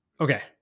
Okay